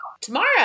Tomorrow